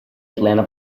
atlanta